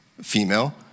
female